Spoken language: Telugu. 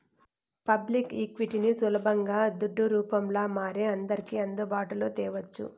పబ్లిక్ ఈక్విటీని సులబంగా దుడ్డు రూపంల మారి అందర్కి అందుబాటులో తేవచ్చు